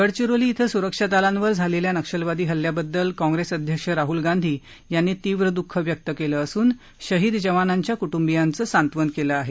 गडचिरोली इथं स्रक्षा दलांवर झालेल्या नक्षलवादी हल्ल्याबदल काँग्रेस अध्यक्ष राहल गांधी यांनी तीव्र दुःख व्यक्त केलं असून शहीद जवानांच्या क्टुंबियांचं सांत्वन केलं आहे